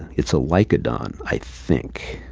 it's a lycodon, i think.